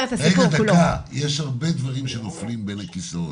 יש הרבה שנופלים בין הכיסאות.